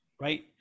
right